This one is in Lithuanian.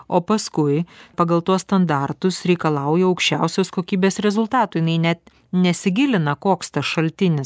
o paskui pagal tuos standartus reikalauja aukščiausios kokybės rezultatų jinai net nesigilina koks tas šaltinis